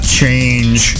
change